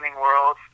world